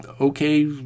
okay